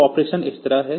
तो ऑपरेशन इस तरह है